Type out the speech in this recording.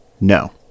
No